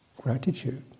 gratitude